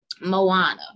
Moana